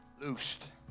Loosed